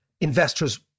investors